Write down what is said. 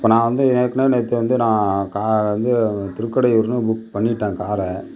இப்போ நான் வந்து ஏற்கனவே நேற்று வந்து நான் கா வந்து திருக்கடையூர்ன்னு புக் பண்ணிவிட்டேன் காரை